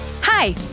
Hi